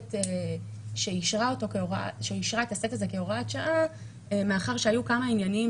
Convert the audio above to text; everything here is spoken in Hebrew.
מיוחדת שאישרה את הסט הזה כהוראת שעה מאחר שהיו כמה עניינים